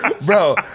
Bro